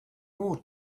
more